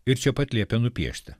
ir čia pat liepė nupiešti